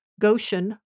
Goshen